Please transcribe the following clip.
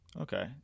okay